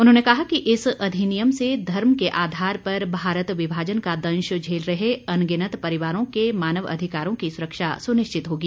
उन्होंने कहा कि इस अधिनियम से धर्म के आधार पर भारत विभाजन का दंश झेल रहे अनगिनत परिवारों के मानव अधिकारों की सुरक्षा सुनिश्चित होगी